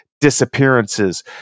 disappearances